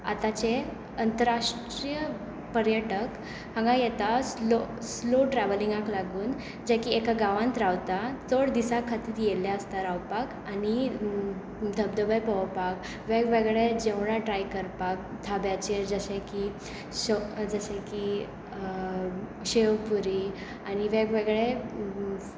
आतांचे अंतराष्ट्रीय पर्यटक हांगा येता स्लो ट्रॅवलींगाक लागून जे की एका गांवांत रावता चड दिसां खातीर आयिल्ले आसता रावपाक आनी धबधबे पळोवपाक वेगवेगळे जेवणां ट्राय करपाक ढाब्याचेर जशें की जशें की शेव पुरी आनी वेग वेगळे